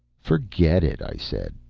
forget it, i said.